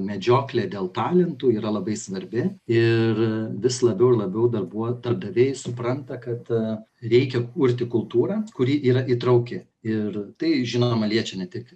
medžioklė dėl talentų yra labai svarbi ir vis labiau ir labiau darbuo darbdaviai supranta kad reikia kurti kultūrą kuri yra įtrauki ir tai žinoma liečia ne tik